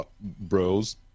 bros